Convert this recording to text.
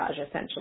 essentially